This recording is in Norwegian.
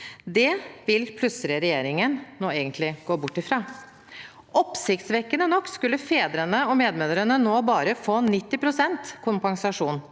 Det vil regjeringen nå plutselig gå bort fra. Oppsiktsvekkende nok skulle fedrene og medmødrene nå bare få 90 pst. kompensasjon.